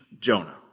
Jonah